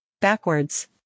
Backwards